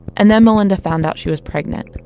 and then melynda found out she was pregnant.